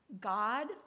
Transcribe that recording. god